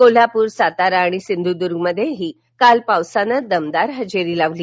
कोल्हापूर सातारा आणि सिंधुद्गांतही काल पावसानं दमदार हजेरी लावली